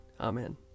Amen